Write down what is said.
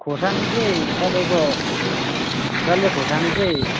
खोर्सानी चाहिँ तपाईँको डल्ले खोर्सानी चाहिँ